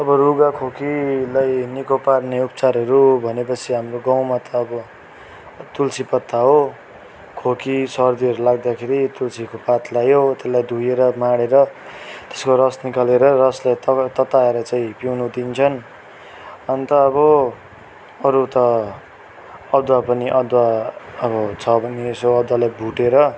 अब रूगा खोकीलाई निको पार्ने उपचारहरू भनेपछि हाम्रो गाउँमा त अब तुलसी पत्ता हो खोकी सर्दीहरू लाग्दाखेरि तुलसीको पात ल्यायो त्यसलाई धोएर माडेर त्यसको रस निकालेर रसलाई तताएर चाँहि पिउनु दिन्छन् अन्त अब अरू त अदुवा पनि अदुवा अब छ भने यसो अदुवालाई भुटेर